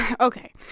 okay